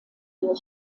vier